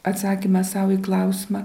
atsakymas sau į klausimą